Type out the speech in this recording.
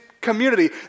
community